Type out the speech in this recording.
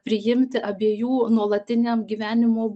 priimti abiejų nuolatiniam gyvenimo